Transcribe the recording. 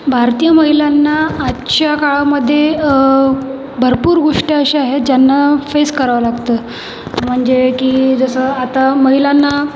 भारतीय महिलांना आजच्या काळामध्ये भरपूर गोष्टी अशा आहेत ज्यांना फेस करावं लागतं म्हणजे की जसं आता महिलांना